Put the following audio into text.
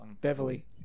Beverly